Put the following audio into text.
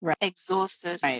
exhausted